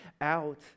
out